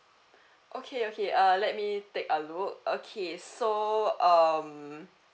okay okay uh let me take a look okay so um